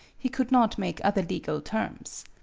he could not make other legal terms.